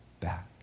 back